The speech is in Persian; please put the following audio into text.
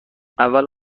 اول